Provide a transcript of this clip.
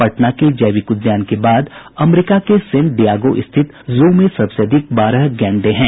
पटना के जैविक उद्यान के बाद अमरिका के सेंट डियागो स्थित जू में सबसे अधिक बारह गैंडे हैं